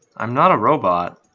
i'm not a robot.